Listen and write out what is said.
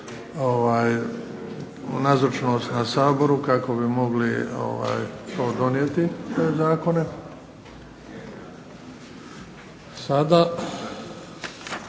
nazočnost na saboru kako bi mogli donijeti te zakone.